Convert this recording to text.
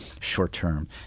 short-term